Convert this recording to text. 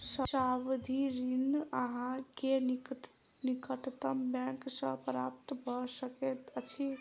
सावधि ऋण अहाँ के निकटतम बैंक सॅ प्राप्त भ सकैत अछि